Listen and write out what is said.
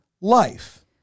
life